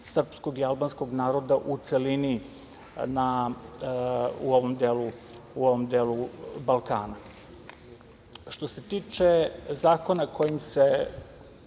srpskog i albanskog naroda u celini u ovom delu Balkana. Što se tiče zakona kojim se